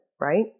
right